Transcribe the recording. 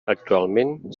actualment